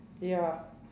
ya